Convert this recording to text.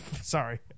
Sorry